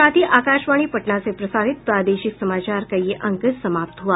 इसके साथ ही आकाशवाणी पटना से प्रसारित प्रादेशिक समाचार का ये अंक समाप्त हुआ